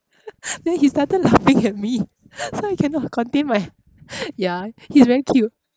then he started laughing at me so I cannot contain my yeah he's very cute